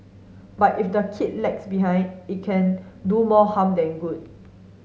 but if the kid lags behind it can do more harm than good